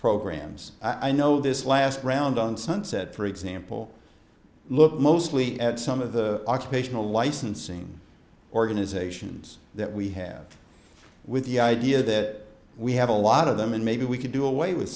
programs i know this last round on sunset for example look mostly at some of the occupational licensing organizations that we have with the idea that we have a lot of them and maybe we could do away with